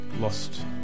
Lost